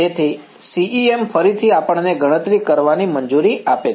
તેથી CEM ફરીથી આપણને ગણતરી કરવાની મંજૂરી આપે છે